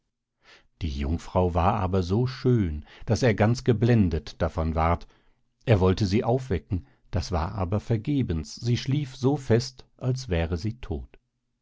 die jungfrau war aber so schön daß er ganz geblendet davon ward er wollte sie aufwecken das war aber vergebens sie schlief so fest als wäre sie tod